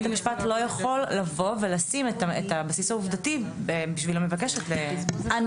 בית המשפט לא יכול לבוא ולשים את הבסיס העובדתי בשביל המבקשת --- אני